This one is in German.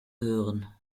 hören